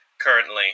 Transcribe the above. currently